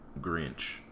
Grinch